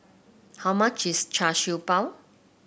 how much is Char Siew Bao